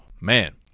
Man